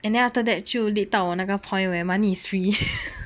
and then after that 就到 lead 到我那个 point where money is free